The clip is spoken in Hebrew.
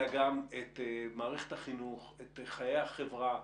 ואת חיי החברה.